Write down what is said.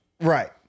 right